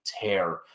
tear